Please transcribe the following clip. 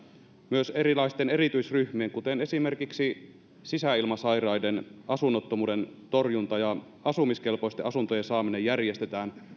myös erilaisten erityisryhmien kuten esimerkiksi sisäilmasairaiden asunnottomuuden torjunta ja asumiskelpoisten asuntojen saaminen järjestetään